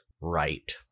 right